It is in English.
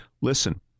Listen